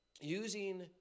Using